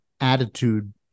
attitude